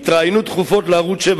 התראיינו תכופות לערוץ-7